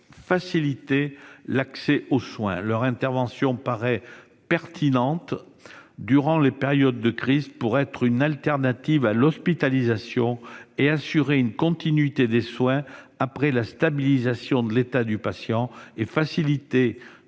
faciliter l'accès aux soins. Leur intervention paraît pertinente durant les périodes de crise pour être une alternative à l'hospitalisation, assurer une continuité des soins après stabilisation de l'état du patient et faciliter